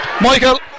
Michael